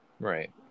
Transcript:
Right